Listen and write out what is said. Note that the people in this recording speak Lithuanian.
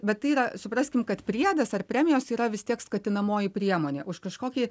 bet tai yra supraskim kad priedas ar premijos yra vis tiek skatinamoji priemonė už kažkokį